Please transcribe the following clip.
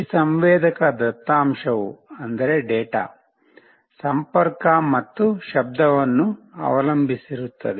ಈ ಸಂವೇದಕ ದತ್ತಾಂಶವು ಸಂಪರ್ಕ ಮತ್ತು ಶಬ್ದವನ್ನು ಅವಲಂಬಿಸಿರುತ್ತದೆ